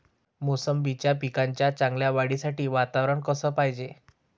मोसंबीच्या पिकाच्या चांगल्या वाढीसाठी वातावरन कस पायजे?